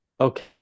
okay